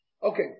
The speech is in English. Okay